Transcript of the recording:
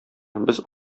без